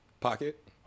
Pocket